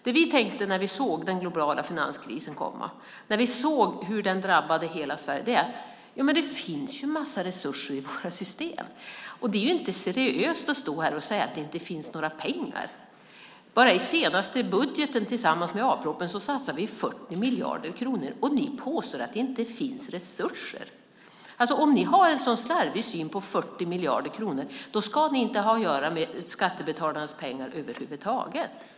Det vi tänkte när vi såg den globala finanskrisen komma, när vi såg hur den drabbade hela Sverige var ju att det finns en massa resurser i våra system. Det är inte seriöst att stå här och säga att det inte finns några pengar. Bara i den senaste budgeten, tillsammans med A-propositionen, satsade vi 40 miljarder kronor, och ni påstår att det inte finns resurser. Om ni har en sådan slarvig syn på 40 miljarder kronor ska ni inte ha att göra med skattebetalarnas pengar över huvud taget.